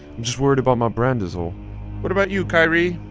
just worried about my brand is all what about you, kyrie?